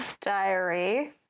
Diary